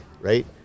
right